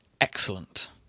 excellent